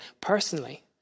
personally